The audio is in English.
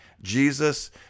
Jesus